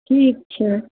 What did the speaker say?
ठीक छै